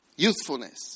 Youthfulness